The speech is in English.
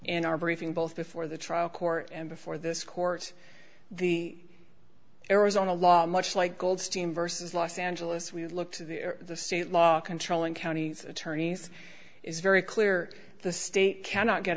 in our briefing both before the trial court and before this court the arizona law much like goldstein versus los angeles we look to the state law controlling counties attorneys is very clear the state cannot get